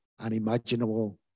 unimaginable